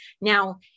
Now